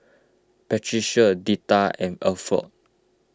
Patricia Deetta and Alford